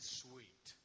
sweet